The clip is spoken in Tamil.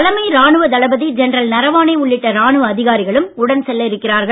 தலைமை ராணுவ தளபதி ஜென்ரல் நரவானே உள்ளிட்ட ராணுவ அதிகாரிகளும் உடன் செல்ல இருக்கிறார்கள்